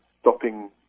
stopping